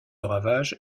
ravage